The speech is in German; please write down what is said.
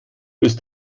ist